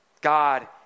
God